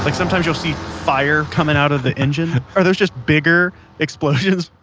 like sometimes you'll see fire coming out of the engine. are those just bigger explosions?